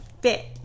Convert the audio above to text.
fit